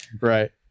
Right